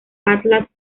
atlas